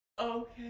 Okay